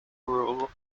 rule